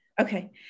Okay